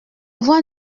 voix